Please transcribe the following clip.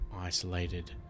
isolated